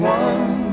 one